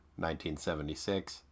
1976